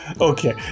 Okay